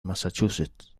massachusetts